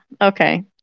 okay